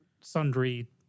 sundry